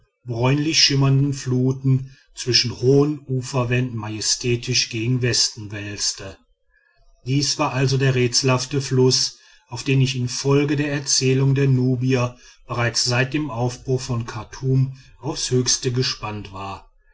bräunlich schimmernden fluten zwischen hohen uferwänden majestätisch gen westen wälzte dies war also der rätselhafte fluß auf den ich infolge der erzählungen der nubier bereits seit dem aufbruch von chartum aufs höchste gespannt war